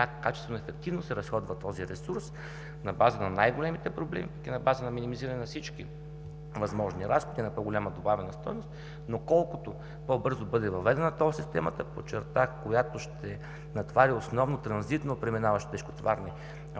качествено и ефективно се разходва този ресурс на базата на най-големите проблеми и на базата на минимизираните на всички възможни разходи, на базата на по-голяма добавена стойност. Колкото по-бързо бъде въведена тол системата, подчертах, която ще натовари основно транзитно преминаващи тежкотоварни